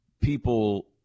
people –